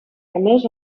més